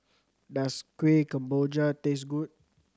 does Kuih Kemboja taste good